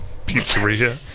pizzeria